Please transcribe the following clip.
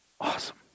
awesome